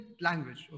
language